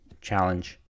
challenge